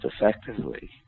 effectively